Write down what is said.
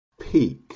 peak